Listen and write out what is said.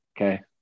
okay